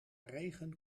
regen